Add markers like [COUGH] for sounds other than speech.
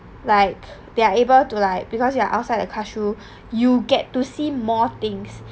like they are able to like because you are outside the classroom [BREATH] you get to see more things